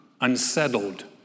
unsettled